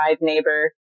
neighbor